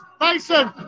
Mason